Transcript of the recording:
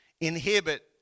inhibit